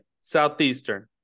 Southeastern